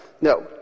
No